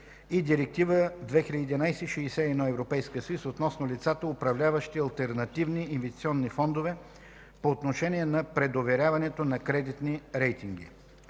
и Директива 2011/61/ЕС относно лицата, управляващи алтернативни инвестиционни фондове, по отношение на предоверяването на кредитни рейтинги.